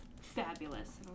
fabulous